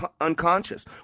unconscious